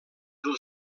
del